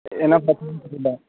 என்னா பண்ணுறதுன்னே தெரியல